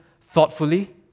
thoughtfully